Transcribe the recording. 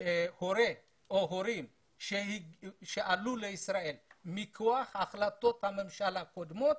הורה או הורים שעלו לישראל מכוח החלטות הממשלה הקודמות,